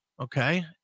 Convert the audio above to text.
Okay